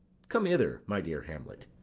come hither, my dear hamlet,